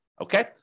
Okay